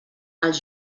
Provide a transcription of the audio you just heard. els